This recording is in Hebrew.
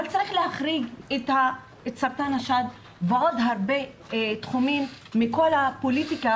אבל צריך להחריג את סרטן השד ועוד הרבה תחומים מכל הפוליטיקה